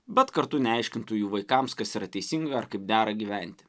bet kartu neaiškintų jų vaikams kas yra teisinga ar kaip dera gyventi